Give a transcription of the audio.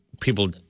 People